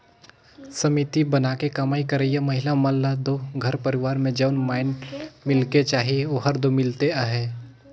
समिति बनाके कमई करइया महिला मन ल दो घर परिवार में जउन माएन मिलेक चाही ओहर दो मिलते अहे